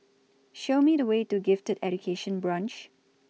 Show Me The Way to Gifted Education Branch